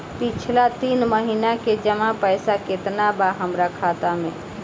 पिछला तीन महीना के जमा पैसा केतना बा हमरा खाता मे?